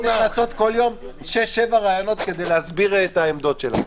אחרי שהייתי צריך לעשות 6-7 ראיונות כדי להסביר את העמדה שלנו.